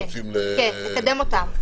כן, כדי לקדם אותם.